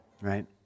right